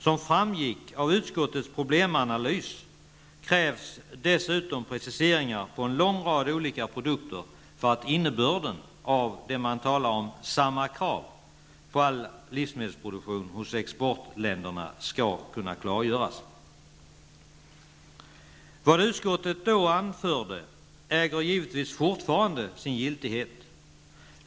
Som framgick av utskottets problemanalys krävs dessutom preciseringar i fråga om en lång rad olika produkter för att innebörden av det man talat om -- samma krav på all livsmedelsproduktion hos exportländerna -- skall kunna klargöras. Vad utskottet då anförde äger givetvis fortfarande sin giltighet.